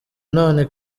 none